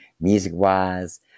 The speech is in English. music-wise